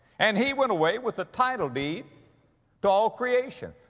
and he went away with the title deed to all creation.